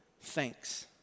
thanks